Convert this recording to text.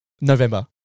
November